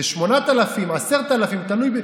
זה 8,000, 10,000, תלוי.